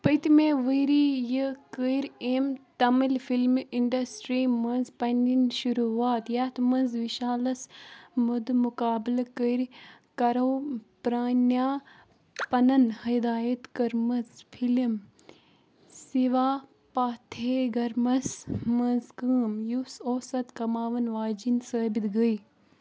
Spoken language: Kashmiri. پٔتمہِ ؤرۍ یہِ کٔرۍ أمۍ تامل فِلم انڈسٹرٛی منٛز پنٕنۍ شروٗعات ییٚتھ منٛز وِشالَس مدِ مُقابلہٕ کٔرۍ کرو پرٛانِیا پنٕنۍ ہدایت کٔرمٕژ فِلم سیوا پاتھیگرمَس منٛز کٲم یُس اوس اَتھ کماوان واجِنۍ ثٲبت گٔے